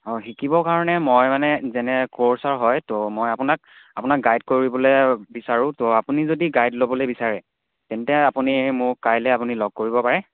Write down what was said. অঁ শিকিবৰ কাৰণে মই মানে যেনে ক'চাৰ হয় তো মই আপোনাক আপোনাক গাইড কৰিবলৈ বিচাৰোঁ তো আপুনি যদি গাইড ল'বলৈ বিচাৰে তেন্তে আপুনি মোক কাইলৈ আপুনি লগ কৰিব পাৰে